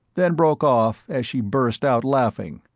then broke off as she burst out laughing.